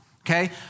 okay